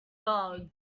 bugs